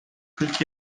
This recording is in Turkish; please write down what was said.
kırk